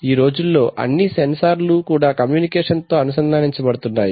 ఈరోజుల్లో అన్నీ సెన్సార్లు కూడా కమ్యూనికేషన్ తో అనుసంధానించ బడతాయి